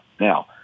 Now